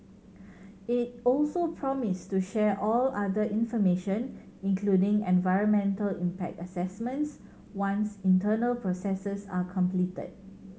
it also promised to share all other information including environmental impact assessments once internal processes are completed